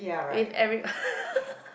if every